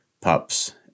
pups